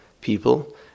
people